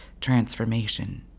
transformation